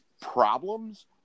problems